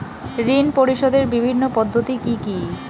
ঋণ পরিশোধের বিভিন্ন পদ্ধতি কি কি?